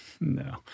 No